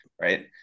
right